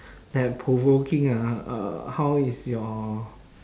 that provoking ah uh how is your